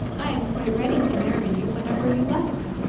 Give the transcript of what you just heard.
i am quite ready to marry you whenever you like